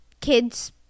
kids